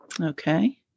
Okay